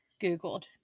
Googled